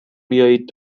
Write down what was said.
بیاید